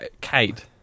Kate